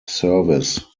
service